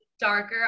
darker